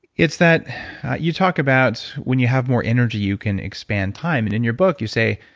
it's that you talk about when you have more energy, you can expand time. and in your book you say,